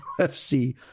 UFC